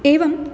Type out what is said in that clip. एवम्